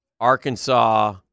Arkansas